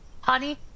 honey